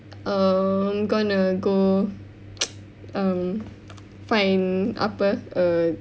um going to go um find apa err